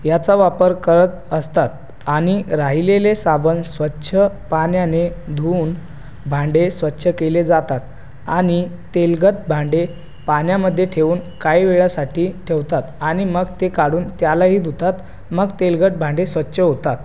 याचा वापर करत असतात आणि राहिलेले साबण स्वच्छ पाण्याने धुऊन भांडे स्वच्छ केले जातात आणि तेलकट भांडे पाण्यामध्ये ठेऊन काही वेळासाठी ठेवतात आणि मग ते काढून त्यालाही धुतात मग तेलकट भांडे स्वच्छ होतात